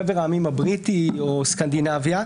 חבר העמים הבריטי או סקנדינביה,